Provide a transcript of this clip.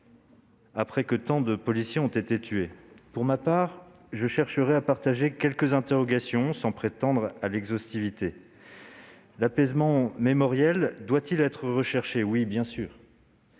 après que tant de policiers ont été tués. Je vous livrerai quelques interrogations, sans prétendre à l'exhaustivité. L'apaisement mémoriel doit-il être recherché ? Oui, bien sûr,